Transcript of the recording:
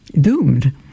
doomed